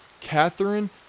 Catherine